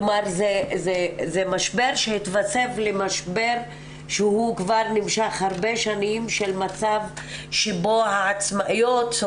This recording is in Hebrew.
כלומר זה משבר שהתווסף למשבר שנמשך כבר הרבה שנים של מצב שבו העצמאיות,